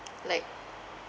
like